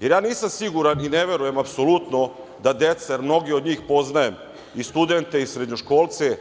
jer ja nisam siguran i ne verujem apsolutno da deca, jer mnoge od njih poznajem, i studente i srednjoškolce,